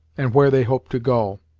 and where they hope to go,